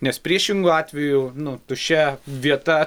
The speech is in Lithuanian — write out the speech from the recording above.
nes priešingu atveju nu tuščia vieta